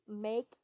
make